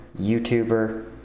YouTuber